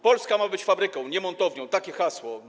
Polska ma być fabryką, nie montownią - takie hasło.